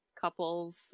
couples